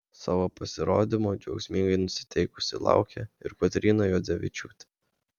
savo pasirodymo džiaugsmingai nusiteikusi laukė ir kotryna juodzevičiūtė